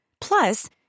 Plus